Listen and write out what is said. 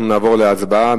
אנחנו נעבור להצבעה.